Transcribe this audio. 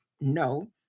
No